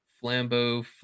Flambeau